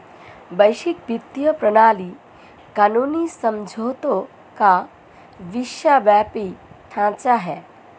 वैश्विक वित्तीय प्रणाली कानूनी समझौतों का विश्वव्यापी ढांचा है